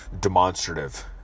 demonstrative